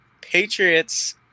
Patriots